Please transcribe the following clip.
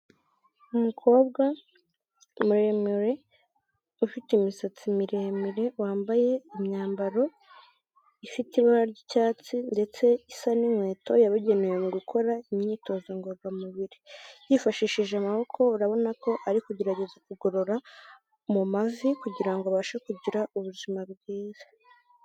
Umukobwa muremure ufite imisatsi miremire wambaye imyambaro ifite ibara ry'icyatsi ndetse isa n'inkweto yabugenewe mu gukora imyitozo ngororamubiri, yifashishije amaboko urabona ko ari kugerageza kugorora mu mavi kugirango abashe kugira ubuzima bwiza.